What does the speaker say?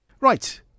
Right